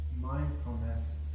mindfulness